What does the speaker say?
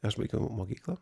aš baigiau mokyklą